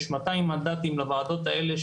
יש אלפיים מנדטים לוועדות האלה,